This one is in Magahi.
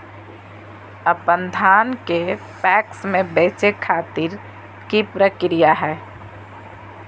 अपन धान के पैक्स मैं बेचे खातिर की प्रक्रिया हय?